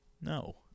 No